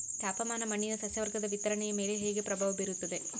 ತಾಪಮಾನ ಮಣ್ಣಿನ ಸಸ್ಯವರ್ಗದ ವಿತರಣೆಯ ಮೇಲೆ ಹೇಗೆ ಪ್ರಭಾವ ಬೇರುತ್ತದೆ?